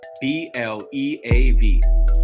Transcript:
B-L-E-A-V